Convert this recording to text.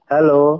Hello